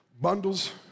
bundles